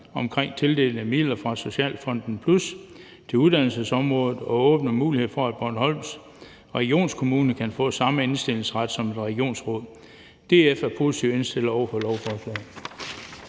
til at styrke regionernes arbejde på uddannelsesområdet, og der åbnes for mulighed for, at Bornholms Regionskommune kan få samme indstillingsret som et regionsråd. DF er positivt indstillet over for lovforslaget.